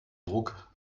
druck